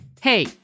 Hey